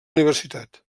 universitat